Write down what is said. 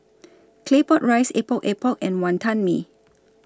Claypot Rice Epok Epok and Wantan Mee